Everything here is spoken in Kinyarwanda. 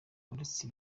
uretse